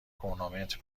کرونومتر